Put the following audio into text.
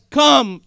come